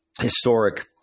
historic